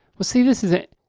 well see this is it.